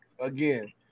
again